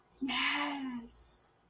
Yes